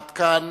עד כאן